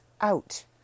out